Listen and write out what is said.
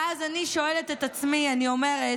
ואז אני שואלת את עצמי, אני אומרת,